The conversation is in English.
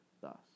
Thus